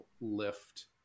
lift